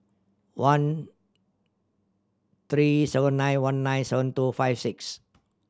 one three seven nine one nine seven two five six